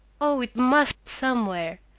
oh, it must somewhere!